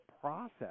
process